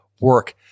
work